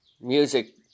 music